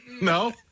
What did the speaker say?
No